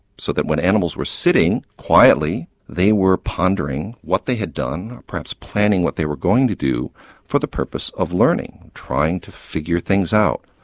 so that when animals were sitting quietly they were pondering what they had done, perhaps planning what they were going to do for the purpose of learning, trying to figure things out,